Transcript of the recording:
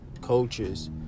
coaches